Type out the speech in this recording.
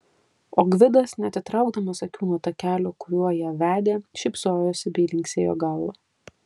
o gvidas neatitraukdamas akių nuo takelio kuriuo ją vedė šypsojosi bei linksėjo galva